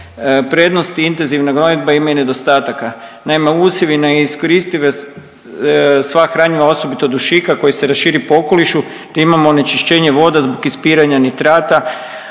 prednosti intenzivna gnojidba ima i nedostataka. Naime, usjevi, neiskoristivost sva hranjiva osobito dušika koji se raširi po okolišu, te imamo onečišćenje voda zbog ispiranja nitrata,